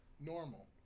normal